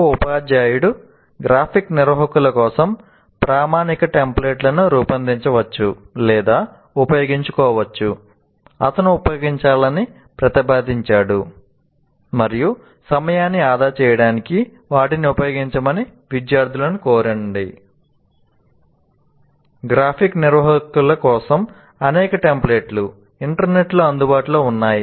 ఒక ఉపాధ్యాయుడు గ్రాఫిక్ నిర్వాహకుల కోసం ప్రామాణిక టెంప్లేట్లను రూపొందించవచ్చు లేదా ఉపయోగించుకోవచ్చు ఉన్నాయి